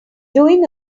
doing